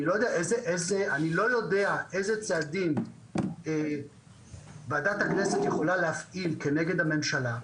אני לא יודע אילו צעדים ועדת הכנסת יכולה להפעיל כנגד הממשלה.